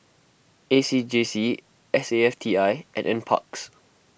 A C J C S A F T I and NParks